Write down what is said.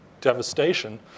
devastation